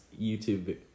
YouTube